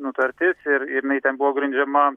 nutartis ir ir jinai ten buvo grindžiama